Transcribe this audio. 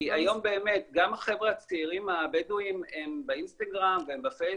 כי היום באמת גם החבר'ה הצעירים הבדואים הם באינסטגרם והם בפייסבוק,